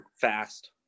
fast